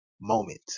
moment